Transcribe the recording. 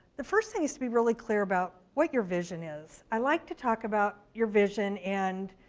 the first thing is to be really clear about what your vision is. i like to talk about your vision and